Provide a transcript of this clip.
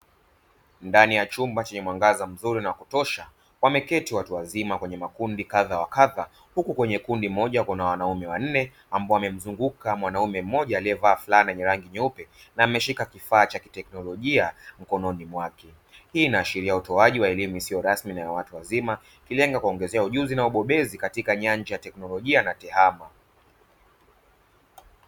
Ndani ya chumba chenye mwangaza mzuri na wakutosha wameketi watu wazima kwenye makundi kadha wa kadha, huku kwenye kundi moja kuna wanaume wanne ambao wamemzunguka mwanaume mmoja aliyevaa flana yenye rangi nyeupe, na ameshika kifaa cha kiteknolojia mkononi mwake. Hii inaashiria utoaji wa elimu isiyo rasmi na ya watu wazima, ikilenga kuwaongezea ujuzi na ubobezi katika nyanja ya teknolojia na tehama.